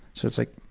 so it's like